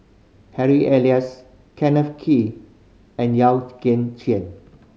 Harry Elias Kenneth Kee and Yeo Kian Chai